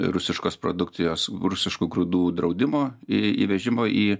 rusiškos produkcijos rusiškų grūdų draudimo įvežimo į